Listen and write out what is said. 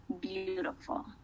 beautiful